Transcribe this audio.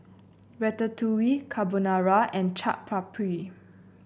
Ratatouille Carbonara and Chaat Papri